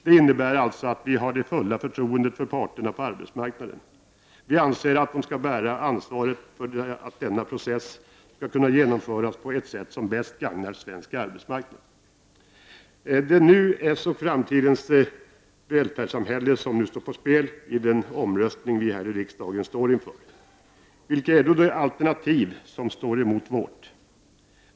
Det innebär alltså att vi har det fulla förtroendet för parterna på arbetsmarknaden. Vi anser att de skall bära ansvaret för att denna process skall kunna genomföras på ett sätt som bäst gagnar svensk arbetsmarknad. Det är nuets och framtidens välfärdssamhälle som nu står på spel i den omröstning vi här i riksdagen står inför. Vilket är då det alternativ som ställs emot vårt?